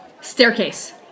Staircase